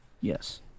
yes